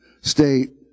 state